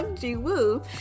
Ji-Woo